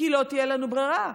כי לא תהיה לנו ברירה.